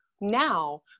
now